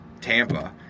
Tampa